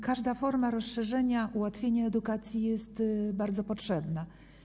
Każda forma rozszerzenia, ułatwienia edukacji jest bardzo potrzebna.